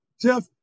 Jeff